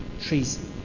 treason